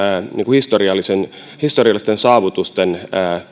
historiallisten historiallisten saavutusten